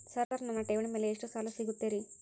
Sir ನನ್ನ ಠೇವಣಿ ಮೇಲೆ ಎಷ್ಟು ಸಾಲ ಸಿಗುತ್ತೆ ರೇ?